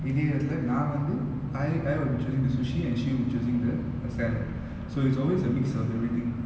தெரியல நா வந்து:theriyala naa vanthu I I will be choosing the sushi and she will be choosing the the salad so it's always a mix of everything